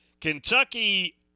Kentucky